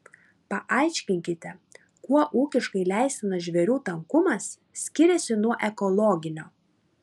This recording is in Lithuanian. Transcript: paaiškinkite kuo ūkiškai leistinas žvėrių tankumas skiriasi nuo ekologinio